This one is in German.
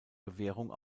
bewährung